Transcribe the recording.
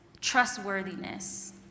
trustworthiness